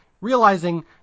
realizing